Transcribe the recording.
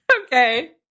Okay